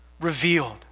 revealed